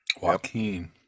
Joaquin